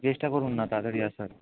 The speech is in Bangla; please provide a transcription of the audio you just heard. চেষ্টা করুন না তাড়াতাড়ি আসার